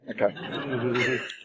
Okay